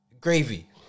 gravy